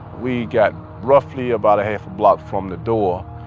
we got roughly about a half a block from the door.